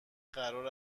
قرار